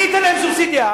אני אתן להם סובסידיה.